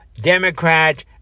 Democrat